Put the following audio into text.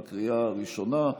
לקריאה הראשונה.